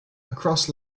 across